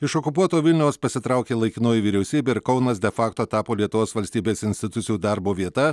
iš okupuoto vilniaus pasitraukė laikinoji vyriausybė ir kaunas de facto tapo lietuvos valstybės institucijų darbo vieta